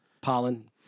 Pollen